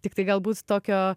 tiktai galbūt tokio